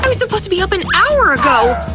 um supposed to be up an hour ago!